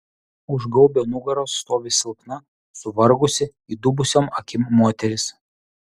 už gaubio nugaros stovi silpna suvargusi įdubusiom akim moteris